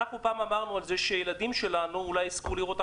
אנחנו פעם דיברנו על זה שהילדים שלנו אולי יזכו לראות,